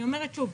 אני אומרת שוב.